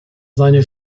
seine